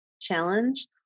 challenge